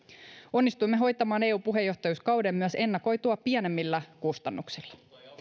onnistuimme hoitamaan eu puheenjohtajuuskauden myös ennakoitua pienemmillä kustannuksilla